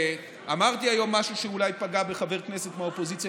ואמרתי היום משהו שאולי פגע בחבר כנסת מהאופוזיציה,